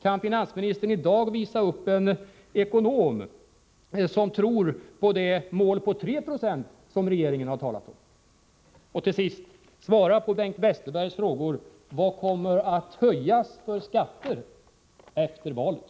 Kan finansministern i dag visa upp en ekonom som tror på det mål, 3 26, som regeringen har talat om? Till sist: Svara på Bengt Westerbergs fråga: Vilka skatter kommer att höjas efter valet?